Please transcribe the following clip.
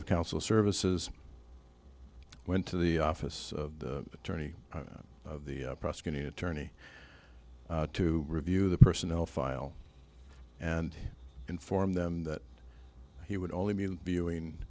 of counsel services went to the office of the attorney of the prosecuting attorney to review the personnel file and inform them that he would only mean viewing